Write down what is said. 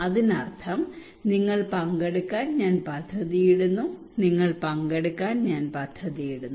അതിനർത്ഥം നിങ്ങൾ പങ്കെടുക്കാൻ ഞാൻ പദ്ധതിയിടുന്നു നിങ്ങൾ പങ്കെടുക്കാൻ ഞാൻ പദ്ധതിയിടുന്നു